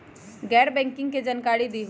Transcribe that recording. गैर बैंकिंग के जानकारी दिहूँ?